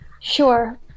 Sure